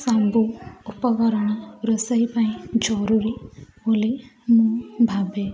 ସବୁ ଉପକରଣ ରୋଷେଇ ପାଇଁ ଜରୁରୀ ବୋଲି ମୁଁ ଭାବେ